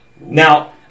Now